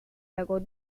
lago